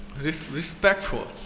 Respectful